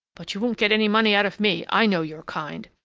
but you won't get any money out of me i know your kind!